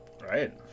Right